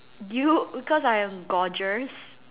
do you because I am gorgeous